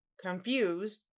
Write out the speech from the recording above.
confused